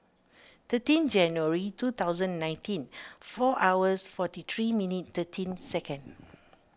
thirteen January two thousand nineteen four hours forty three minute thirteen second